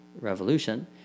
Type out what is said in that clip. Revolution